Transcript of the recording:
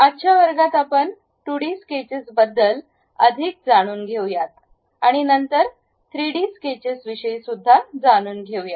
आजच्या वर्गात आपण 2D स्केचेसबद्दल अधिक जाणून घेऊ आणि नंतर 3 डी स्केचेस विषयी जाणून घेऊया